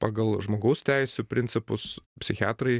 pagal žmogaus teisių principus psichiatrai